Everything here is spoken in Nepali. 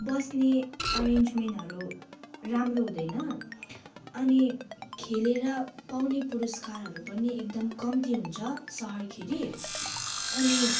बस्ने अरेन्जमेन्टहरू राम्रो हुँदैन अनि खेलेर पाउने पुरस्कारहरू पनि एकदम कम्ती हुन्छ सहरखेरि अनि